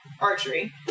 archery